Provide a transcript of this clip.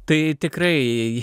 tai tikrai